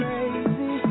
Crazy